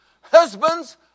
Husbands